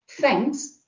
thanks